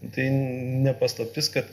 tai ne paslaptis kad